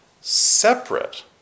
separate